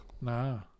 No